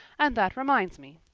and that reminds me.